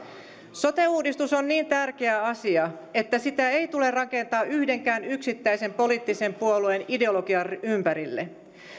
sote uudistus on niin tärkeä asia että sitä ei tule rakentaa yhdenkään yksittäisen poliittisen puolueen ideologian ympärille